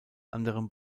anderem